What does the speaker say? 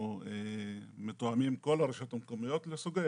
אנחנו מתואמים עם כל הרשויות מהקומיות לסוגיהן,